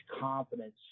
confidence